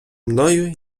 мною